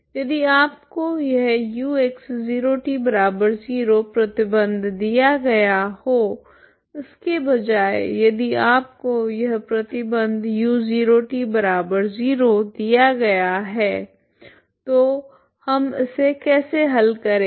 यदि आपको यह ux0t0 प्रतिबंध दिया गया हो इसके बजाय यदि आपको यह प्रतिबंध u0t0 दिया गया हैं तो हम इसे कैसे हल करेंगे